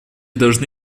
должны